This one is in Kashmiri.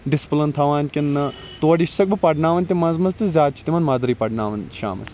ڈِسپلن تھاوان کِنہ نہَ تورٕ یِتھ چھُ سَکھ بہٕ پَرناوان مَنٛز مَنٛز تہٕ زیادٕ چھِ تِمَن مَدرٕے پَرناوان شامَس